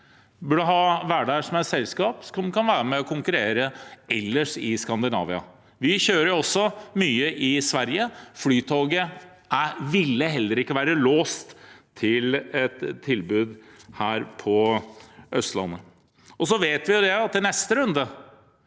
Vy – være der som et selskap som kan være med og konkurrere ellers i Skandinavia. Vy kjører også mye i Sverige. Flytoget ville heller ikke vært låst til et tilbud her på Østlandet. Vi vet at det i neste runde